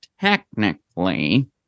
technically